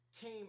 came